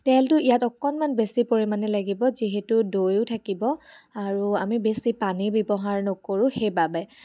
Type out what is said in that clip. তেলটো ইয়াত অকণমান বেছি পৰিমাণে লাগিব যিহেতু দৈও থাকিব আৰু আমি বেছি পানী ব্যৱহাৰ নকৰোঁ সেইবাবে